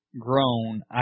grown